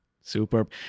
Superb